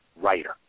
writer